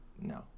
no